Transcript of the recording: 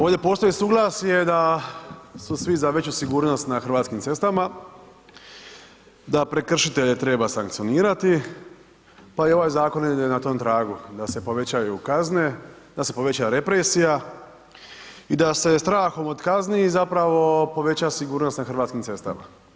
Ovdje postoji suglasje da su svi za veću sigurnost na hrvatski cestama, da prekršitelje treba sankcionirati pa je i ovaj zakon negdje na tom tragu da se povećaju kazne, da se poveća represija i da se strahom od kazni zapravo poveća sigurnost na hrvatskim cestama.